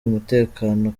umutekano